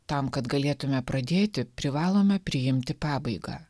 tam kad galėtume pradėti privalome priimti pabaigą